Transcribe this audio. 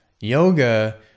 yoga